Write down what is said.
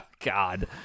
God